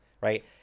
right